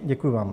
Děkuji vám.